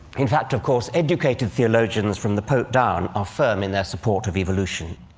in fact, of course, educated theologians from the pope down are firm in their support of evolution.